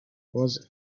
was